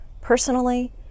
personally